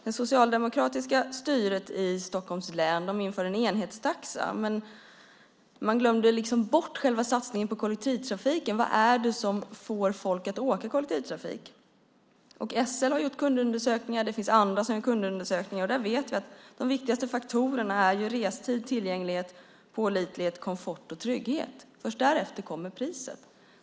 Det socialdemokratiska styret i Stockholms län införde en enhetstaxa, men man glömde liksom bort själva satsningen på kollektivtrafiken. Vad är det som får folk att åka kollektivt? SL och andra har gjort kundundersökningar som visar att de viktigaste faktorerna är restid, tillgänglighet, pålitlighet, komfort och trygghet. Först därefter kommer priset.